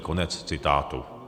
Konec citátu.